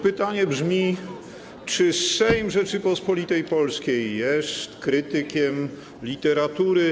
Pytanie brzmi: Czy Sejm Rzeczypospolitej Polskiej jest krytykiem literatury?